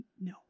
No